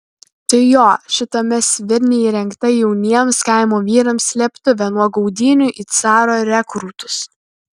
tai jo šitame svirne įrengta jauniems kaimo vyrams slėptuvė nuo gaudynių į caro rekrūtus